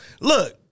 Look